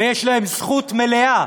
ויש להם זכות מלאה